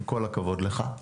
עם כל הכבוד לך,